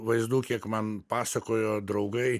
vaizdų kiek man pasakojo draugai